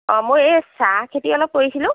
অ' মই এই চাহ খেতি অলপ কৰিছিলোঁ